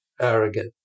arrogant